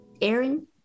Aaron